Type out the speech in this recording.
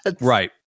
Right